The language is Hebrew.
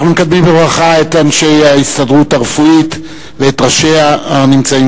אנחנו מקדמים בברכה את אנשי ההסתדרות הרפואית ואת ראשיה הנמצאים